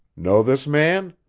know this man?